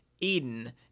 Eden